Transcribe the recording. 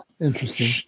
Interesting